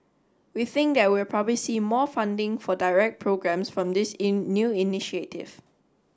we think that we will probably see more funding for direct programmes from this in new initiative